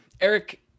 eric